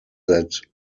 that